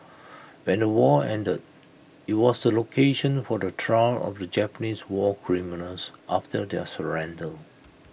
when the war ended IT was the location for the trial of the Japanese war criminals after their surrender